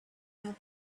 had